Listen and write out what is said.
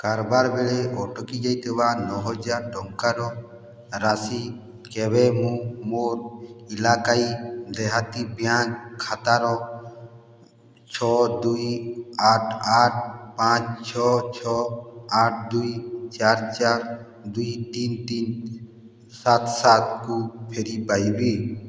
କାରବାର ବେଳେ ଅଟକି ଯାଇଥିବା ନଅହଜାର ଟଙ୍କାର ରାଶି କେବେ ମୁଁ ମୋର ଇଲାକାଈ ଦେହାତୀ ବ୍ୟାଙ୍କ୍ ଖାତାର ଛଅ ଦୁଇ ଆଠ ଆଠ ପାଞ୍ଚ ଛଅ ଛଅ ଆଠ ଦୁଇ ଚାରି ଚାରି ଦୁଇ ତିନି ତିନି ସାତ ସାତ କୁ ଫେରି ପାଇବି